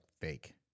fake